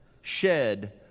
shed